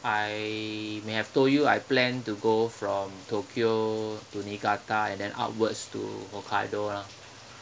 I may have told you I plan to go from tokyo to niigata and then upwards to hokkaido lah